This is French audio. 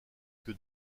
que